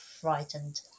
frightened